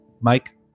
Mike